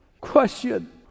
Question